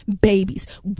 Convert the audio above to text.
babies